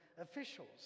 officials